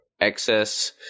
excess